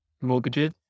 mortgages